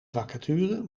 vacature